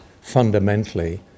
fundamentally